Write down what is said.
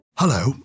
Hello